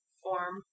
form